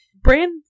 brand